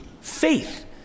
faith